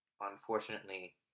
Unfortunately